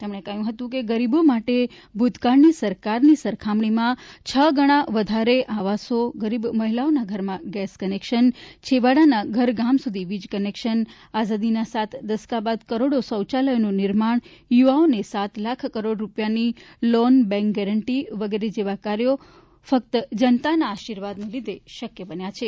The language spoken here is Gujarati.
તેમણે ઉમેર્યું કે ગરીબો માટે ભૂતકાળની સરકારની સરખામણીમાં છ ગણા વધારે આવોસ ગરીબ મહિલાઓના ઘરમાં ગેસ કનેક્શન છેવાડાના ઘર ગામ સુધી વીજ કનેક્શન આઝાદીના સાત દશકા બાદ કરોડો શૌચાલયનું નિર્માણ યુવાઓને સાત લાખ કરોડ રૂપિયાની લોન બેન્ક ગેરંટી વગર જેવા કાર્યો અને ફક્ત જનતાના આશીર્વાદ લીધે જ શક્ય બન્યા છે